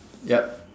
yup